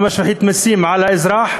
ממש מפחית מסים על האזרח,